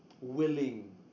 willing